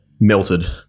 Melted